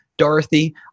Dorothy